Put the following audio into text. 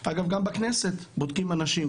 אגב, גם בכנסת בודקים אנשים.